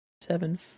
seven